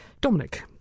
Dominic